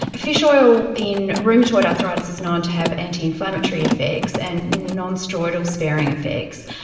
fish oil in rheumatoid arthritis is known to have anti-inflammatory effects and non-steroidal sparing effects,